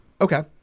Okay